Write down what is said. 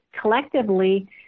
collectively